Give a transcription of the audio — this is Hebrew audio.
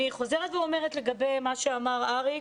אני חוזרת ואומרת לגבי מה שאמר אריק.